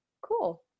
cool